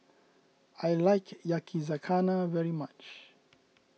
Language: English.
I like Yakizakana very much